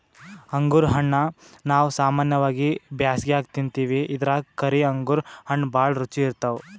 ಅಂಗುರ್ ಹಣ್ಣಾ ನಾವ್ ಸಾಮಾನ್ಯವಾಗಿ ಬ್ಯಾಸ್ಗ್ಯಾಗ ತಿಂತಿವಿ ಇದ್ರಾಗ್ ಕರಿ ಅಂಗುರ್ ಹಣ್ಣ್ ಭಾಳ್ ರುಚಿ ಇರ್ತವ್